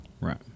Right